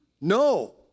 No